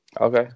Okay